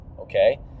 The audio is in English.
okay